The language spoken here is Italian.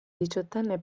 diciottenne